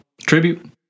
Tribute